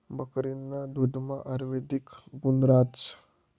बकरीना दुधमा आयुर्वेदिक गुण रातस